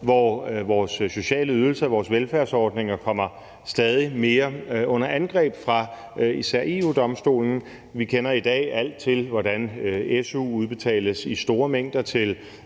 hvor vores sociale ydelser og vores velfærdsordninger er kommet stadig mere under angreb fra især EU-Domstolen. Vi kender i dag alt til, hvordan su udbetales i store mængder til